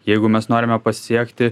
jeigu mes norime pasiekti